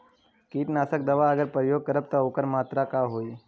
कीटनाशक दवा अगर प्रयोग करब त ओकर मात्रा का होई?